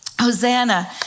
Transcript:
Hosanna